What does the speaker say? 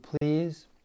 please